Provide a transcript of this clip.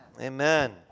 Amen